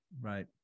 Right